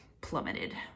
plummeted